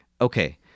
okay